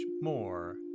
more